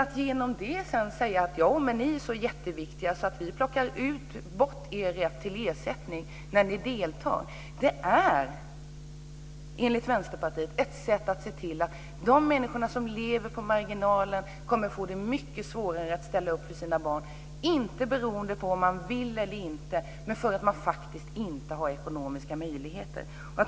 Att sedan säga att de är så jätteviktiga att vi ska plocka bort deras rätt till ersättning när de deltar är, enligt Vänsterpartiet, ett sätt att se till att de människor som lever på marginalen kommer att få det mycket svårare att ställa upp för sina barn, inte beroende på om de vill eller inte utan på att de inte har ekonomiska möjligheter.